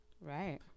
Right